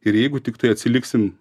ir jeigu tiktai atsiliksim